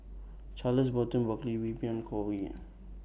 Charles Burton Buckley Wee Beng Chong Ean